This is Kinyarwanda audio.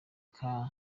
car